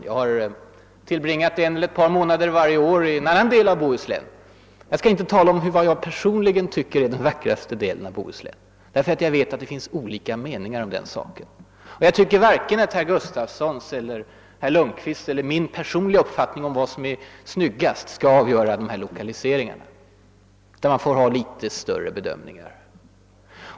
Jag tillbringar själv någon månad varje år i en annan del av Bohuslän. Men jag skall inte här tala om vad jag personligen tycker är den vackraste delen av det landskapet, eftersom jag vet att det finns olika meningar om den saken. Jag tycker inte heller att vare sig herr Gustafssons, herr Lundkvists eller min personliga uppfattning om vad som är vackrast skall avgöra lokaliseringsfrågan. Man får nog ha li tet bredare utblick.